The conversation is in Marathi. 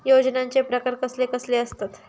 योजनांचे प्रकार कसले कसले असतत?